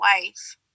wife